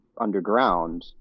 underground